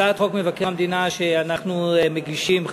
הצעת חוק מבקר המדינה שאנחנו מגישים,